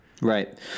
Right